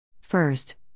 First